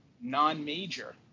non-major